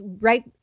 right